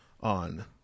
on